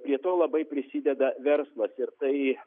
prie to labai prisideda verslas ir tai